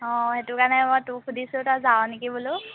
অঁ সেইটো কাৰণে মই তোক সুধিছোঁ তই যাৱ নেকি বোলো